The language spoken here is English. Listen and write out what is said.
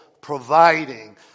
providing